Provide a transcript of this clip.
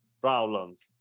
problems